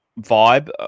vibe